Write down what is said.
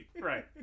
right